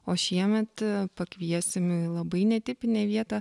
o šiemet pakviesim į labai netipinę vietą